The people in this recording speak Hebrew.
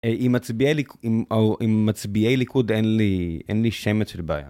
אם מצביעי לי או אם מצביעי ליכוד, אין לי שמץ של בעיה.